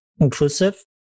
inclusive